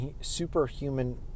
superhuman